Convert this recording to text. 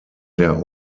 der